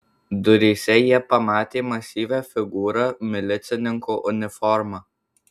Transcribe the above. duryse jie pamatė masyvią figūrą milicininko uniforma